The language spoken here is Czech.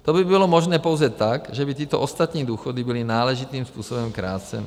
To by bylo možné pouze tak, že by tyto ostatní důchody byly náležitým způsobem kráceny.